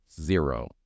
zero